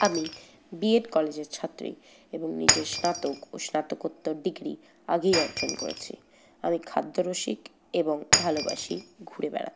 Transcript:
আমি বিএড কলেজের ছাত্রী এবং নিজে স্নাতক ও স্নাতকোত্তর ডিগ্রী আগেই অর্জন করেছি আমি খাদ্যরসিক এবং ভালোবাসি ঘুরে বেড়াতে